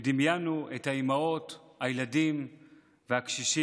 ודמיינו את האימהות, הילדים והקשישים,